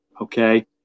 Okay